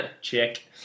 check